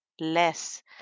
less